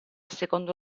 secondo